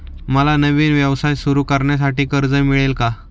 मला नवीन व्यवसाय सुरू करण्यासाठी कर्ज मिळेल का?